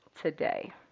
today